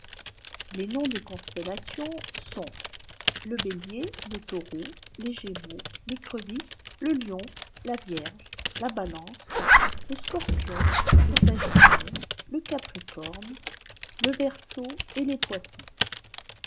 les noms des constellations sont le bélier le taureau les gémeaux l'écrevisse le lion la vierge la balance lesœrpion le sagittaire le capricorne le verseau et les poissons